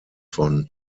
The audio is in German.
von